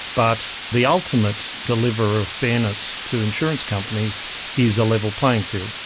but the ultimate deliverer of fairness to insurance companies is a level playing field.